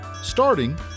starting